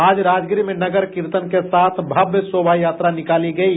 आज राजगीर में नगर कीर्तन के साथ भव्य शोभा यात्रा निकाली गयी